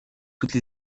toutes